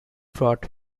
brought